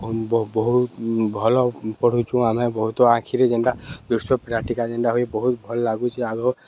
ବହୁତ ଭଲ ପଢ଼ୁଚୁ ଆମେ ବହୁତ ଆଖିରେ ଯେନ୍ଟା ଦୃଶ୍ୟ ପିଲାଟିକା ଯେନ୍ଟା ହୁଏ ବହୁତ ଭଲ ଲାଗୁଚି ଆଗ